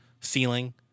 ceiling